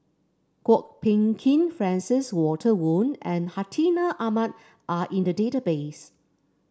Kwok Peng Kin Francis Walter Woon and Hartinah Ahmad are in the database